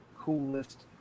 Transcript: coolest